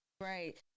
right